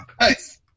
nice